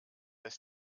ist